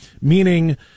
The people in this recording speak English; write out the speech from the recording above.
meaning